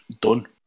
done